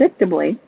predictably